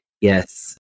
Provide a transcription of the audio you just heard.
Yes